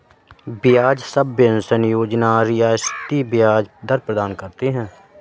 ब्याज सबवेंशन योजना रियायती ब्याज दर प्रदान करती है